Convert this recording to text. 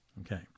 Okay